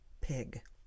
pig